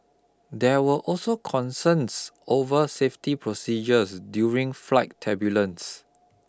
there were also concerns over safety procedures during flight turbulence